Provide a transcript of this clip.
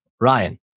Ryan